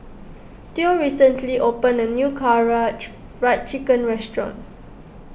theo recently opened a new Karaage Fried Chicken restaurant